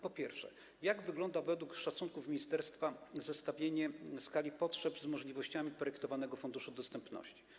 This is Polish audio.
Po pierwsze, jak wygląda według szacunków ministerstwa zestawienie skali potrzeb z możliwościami projektowanego Funduszu Dostępności?